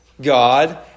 God